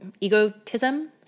egotism